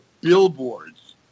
billboards